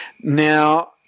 now